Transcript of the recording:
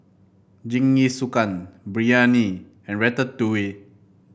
Jingisukan Biryani and Ratatouille